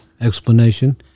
explanation